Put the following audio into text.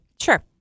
Sure